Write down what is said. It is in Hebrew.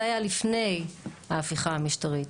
זה היה לפני ההפיכה המשטרית.